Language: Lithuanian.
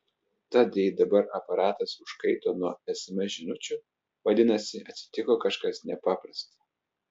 tad jei dabar aparatas užkaito nuo sms žinučių vadinasi atsitiko kažkas nepaprasta